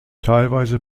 teilweise